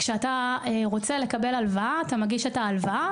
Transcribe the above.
כשאתה רוצה לקבל הלוואה אתה מגיש בקשה למשרד הפנים.